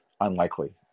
unlikely